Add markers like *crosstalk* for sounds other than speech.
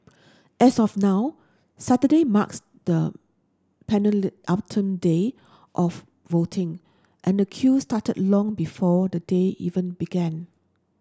as of now Saturday marks the *unintelligible* day of voting and the queue started long before the day even began